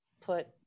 put